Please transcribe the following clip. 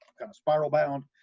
kind of spiral bound,